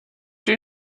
you